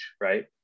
right